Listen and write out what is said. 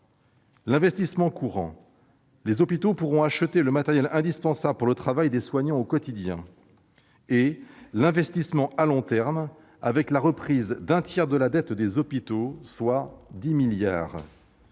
d'investissement courant ensuite, les hôpitaux pourront acheter le matériel indispensable pour le travail des soignants au quotidien. Enfin, s'agissant de l'investissement à long terme, la reprise d'un tiers de la dette des hôpitaux, soit 10 milliards